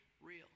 real